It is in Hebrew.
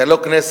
זה לא כנסת.